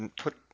put